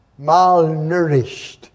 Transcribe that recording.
malnourished